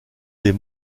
des